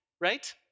right